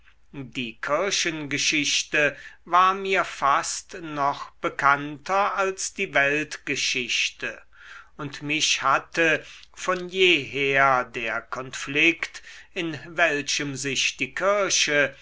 die kirchengeschichte war mir fast noch bekannter als die weltgeschichte und mich hatte von jeher der konflikt in welchem sich die kirche